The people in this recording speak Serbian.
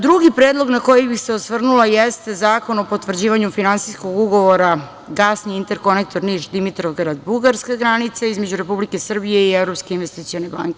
Drugi predlog na koji bih se osvrnula jeste Zakon o potvrđivanju Finansijskog ugovora Gasni interkonektor Niš-Dimitrovgrad-Bugarska (granica) između Republike Srbije i Evropske investicione banke.